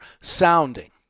sounding